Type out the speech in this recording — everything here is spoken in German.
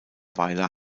weiler